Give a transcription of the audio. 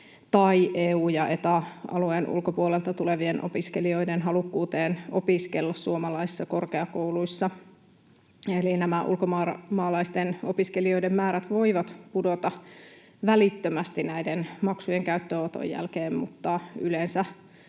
tai EU- ja Eta-alueen ulkopuolelta tulevien opiskelijoiden halukkuuteen opiskella suomalaisissa korkeakouluissa. Eli nämä ulkomaalaisten opiskelijoiden määrät voivat pudota välittömästi maksujen käyttöönoton jälkeen, mutta yleensä